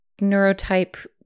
neurotype